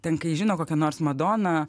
ten kai žino kokia nors madona